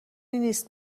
نیست